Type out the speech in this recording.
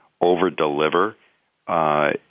over-deliver